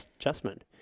adjustment